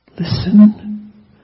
Listen